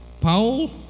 paul